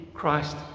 Christ